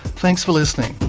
thanks for listening